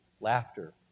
laughter